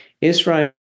Israel